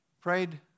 Prayed